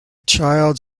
child